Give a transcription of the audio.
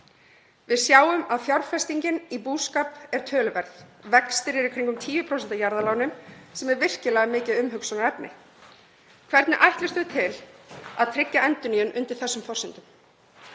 Við sjáum að fjárfestingin í búskap er töluverð. Vextir eru kringum 10% af jarðalánum, sem er virkilega mikið umhugsunarefni. Hvernig ætlumst við til þess að tryggja endurnýjun á þessum forsendum?